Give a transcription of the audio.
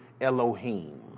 Elohim